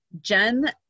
Jen